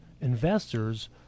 investors